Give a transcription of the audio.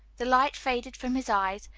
the light faded from his eyes,